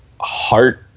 heart